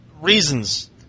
reasons